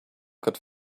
could